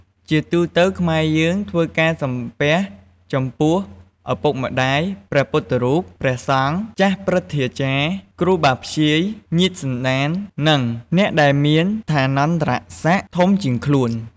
ជាទូទៅខ្មែរយើងធ្វើការសំពះចំពោះ ឪពុកម្តាយ ព្រះពុទ្ធរូប ព្រះសង្ឃ ចាស់ព្រឹទ្ធាចារ្យ គ្រូបាធ្យាយ ញាតិសន្តាន និង អ្នកដែលមានឋានន្តរសក្តិធំជាងខ្លួន។